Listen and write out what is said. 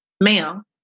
Ma'am